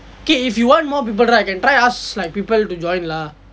okay if you want more people right I can try ask like people to join lah